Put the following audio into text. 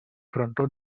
frontó